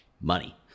money